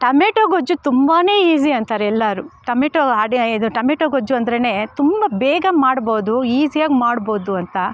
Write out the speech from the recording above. tomato ಗೊಜ್ಜು ತುಂಬಾನೇ easy ಅಂತಾರೇ ಎಲ್ಲರು ಟೊಮೆಟೋ ಅದು ಇದು ಟೊಮೆಟೋ ಗೊಜ್ಜು ಅಂದ್ರೆನೇ ತುಂಬ ಬೇಗ ಮಾಡಬೌದು ಈಸಿಯಾಗಿ ಮಾಡಬೌದು ಅಂತ